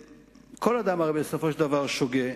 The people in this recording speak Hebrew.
כל אדם הרי בסופו של דבר שוגה,